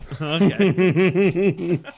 Okay